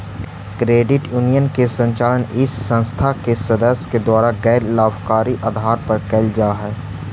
credit union के संचालन इस संस्था के सदस्य के द्वारा गैर लाभकारी आधार पर कैल जा हइ